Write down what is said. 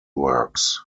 works